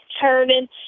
turning